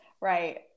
Right